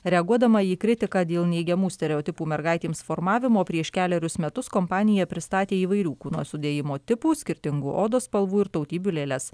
reaguodama į kritiką dėl neigiamų stereotipų mergaitėms formavimo prieš kelerius metus kompanija pristatė įvairių kūno sudėjimo tipų skirtingų odos spalvų ir tautybių lėles